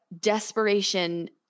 desperation